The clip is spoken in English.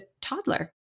toddler